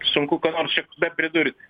sunku ką nors čia bepridurti